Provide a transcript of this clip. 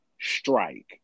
strike